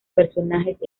personajes